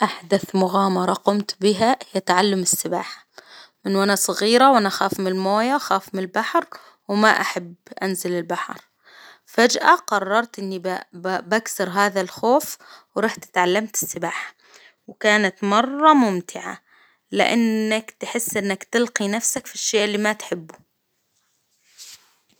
أحدث مغامرة قمت بها هي تعلم السباحة، من وأنا صغيرة وأنا أخاف من الموية، أخاف من البحر، وما أحب أنزل البحر، فجأة قررت إني بكسر هذا الخوف ورحت اتعلمت السباحة، وكانت مرة ممتعة، لإنك تحس إنك تلقي نفسك في الشيء اللي ما تحبه.